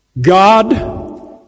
God